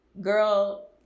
girl